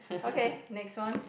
okay next one